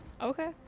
Okay